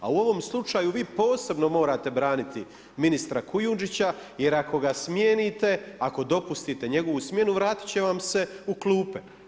A u ovom slučaju vi posebno morate braniti ministra Kujundžića, jer ako ga smijenite, ako dopustite njegovu smjenu vratiti će vam se u klupe.